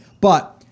but-